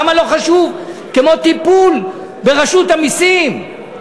למה הוא לא חשוב כמו טיפול ברשות המסים?